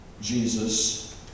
Jesus